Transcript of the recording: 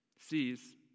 sees